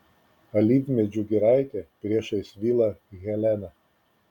alyvmedžių giraitė priešais vilą helena